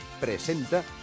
presenta